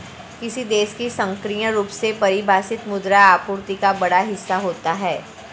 किसी देश की संकीर्ण रूप से परिभाषित मुद्रा आपूर्ति का बड़ा हिस्सा होता है